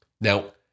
Now